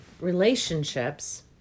relationships